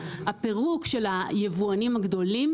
הפירוק של היבואנים הגדולים,